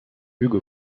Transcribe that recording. hugo